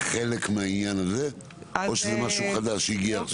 זה חלק מהעניין הזה או שזה משהו חדש שהגיע?